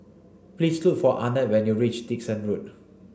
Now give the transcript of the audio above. please look for Arnett when you reach Dickson Road